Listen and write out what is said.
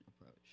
approach